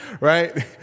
right